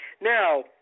Now